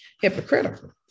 hypocritical